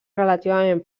relativament